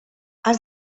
has